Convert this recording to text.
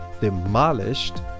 demolished